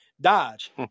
Dodge